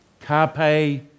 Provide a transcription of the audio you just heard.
Carpe